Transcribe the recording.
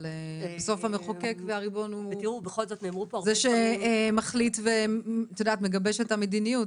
אבל בסוף המחוקק והריבון הוא זה שמחליט ומגבש את המדיניות,